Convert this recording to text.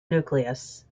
nucleus